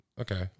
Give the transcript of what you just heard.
Okay